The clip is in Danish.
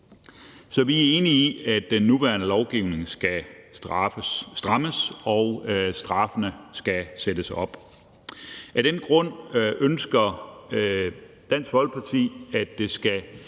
Så vi er enige i, at den nuværende lovgivning skal strammes, og at straffene skal sættes op. Af den grund ønsker Dansk Folkeparti, at det som